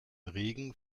regen